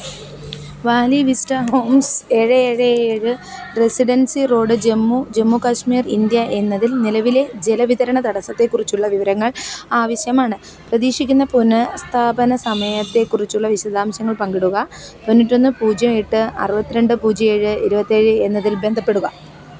Valley vista homes ഏഴ് ഏഴ് ഏഴ് residency road Jammu Jammu Kashmir India എന്നതിൽ നിലവിലെ ജലവിതരണ തടസ്സത്തെക്കുറിച്ചുള്ള വിവരങ്ങൾ ആവശ്യമാണ് പ്രതീക്ഷിക്കുന്ന പുനഃസ്ഥാപന സമയത്തെക്കുറിച്ചുള്ള വിശദാംശങ്ങൾ പങ്കിടുക തൊണ്ണൂറ്റൊന്ന് പൂജ്യം എട്ട് അറുപത്തി രണ്ട് പൂജ്യം ഏഴ് ഇരുപത്തി ഏഴ് എന്നതിൽ ബന്ധപ്പെടുക